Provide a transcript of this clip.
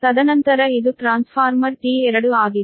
ತದನಂತರ ಇದು transformer T2 ಆಗಿದೆ